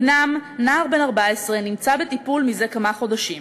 בנם, נער בן 14, נמצא בטיפול זה כמה חודשים.